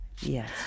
Yes